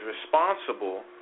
responsible